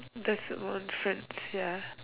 that's one friend ya